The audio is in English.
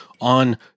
on